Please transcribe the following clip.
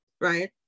right